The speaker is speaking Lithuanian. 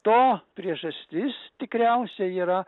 to priežastis tikriausiai yra